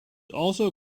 also